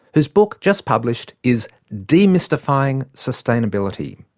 whose book, just published, is demystifying sustainability.